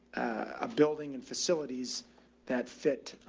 a building and facilities that fit,